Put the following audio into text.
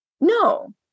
No